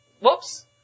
Whoops